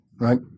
Right